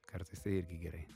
kartais tai irgi gerai